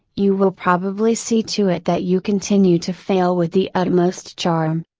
you will probably see to it that you continue to fail with the utmost charm.